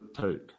take